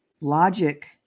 Logic